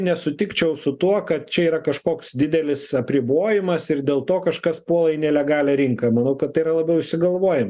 nesutikčiau su tuo kad čia yra kažkoks didelis apribojimas ir dėl to kažkas puola į nelegalią rinką manau kad tai yra labiau išsigalvojim